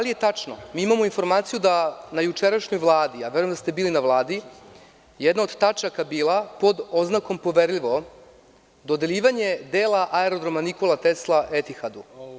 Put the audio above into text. Imamo informaciju da je na jučerašnjoj Vladi, a verujem da ste bili na Vladi, jedna od tačaka bila pod oznakom „poverljivo“ – dodeljivanje dela aerodroma „Nikola Tesla“ „Etihadu“